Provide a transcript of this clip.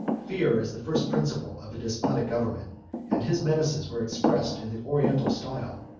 fear is the first principle of a despotic government and his menaces were expressed in the oriental style,